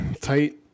tight